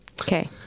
Okay